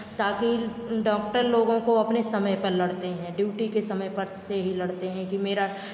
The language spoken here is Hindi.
ताकि डॉक्टर लोगों को अपने समय पर लड़ते हैं ड्यूटी के समय पर से ही लड़ते हैं कि मेरा टाइम